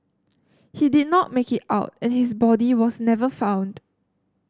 he did not make it out and his body was never found